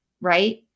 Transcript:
right